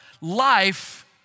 life